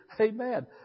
Amen